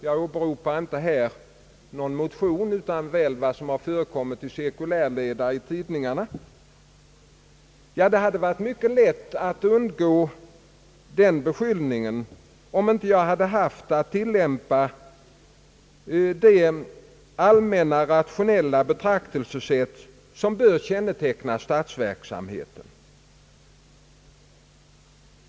Jag åberopar då inte någon motion men väl vad som har förekommit i cirkulärledare i tidningarna. Det hade varit mycket lätt att undgå den beskyllningen om jag inte hade haft att tillämpa det allmänna rationella betraktelsesätt som bör känneteckna statsverksamheten.